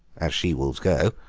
as she-wolves go.